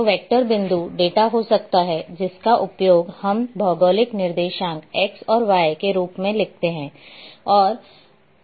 तो वेक्टर बिंदु डेटा हो सकता है जिसका उपयोग हम भौगोलिक निर्देशांक X और Y के रूप में है